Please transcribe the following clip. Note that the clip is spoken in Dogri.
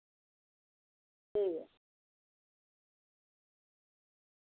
ठीक ऐ